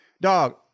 dog